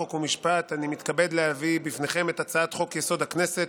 חוק ומשפט אני מתכבד להביא בפניכם את הצעת חוק-יסוד: הכנסת,